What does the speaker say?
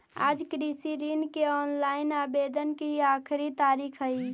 आज कृषि ऋण के ऑनलाइन आवेदन की आखिरी तारीख हई